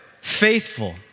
faithful